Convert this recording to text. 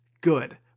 good